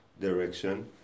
direction